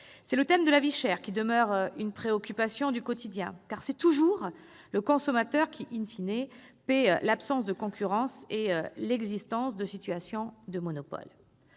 C'est le thème de la « vie chère » qui demeure une préoccupation du quotidien, car c'est toujours le consommateur qui,, paie l'absence de concurrence et l'existence de situation de monopole.